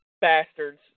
bastards